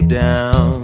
down